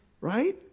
right